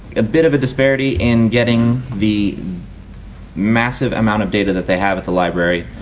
a bit of a despairity in getting the massive amount of data that they have at the library.